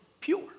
pure